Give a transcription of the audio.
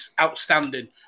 outstanding